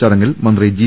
ചടങ്ങിൽ മന്ത്രി ജി